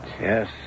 Yes